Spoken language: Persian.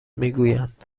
میگویند